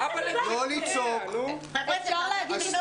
אפשר להגיב?